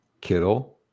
Kittle-